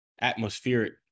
atmospheric